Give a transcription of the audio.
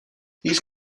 these